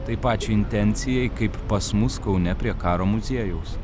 tai pačiai intencijai kaip pas mus kaune prie karo muziejaus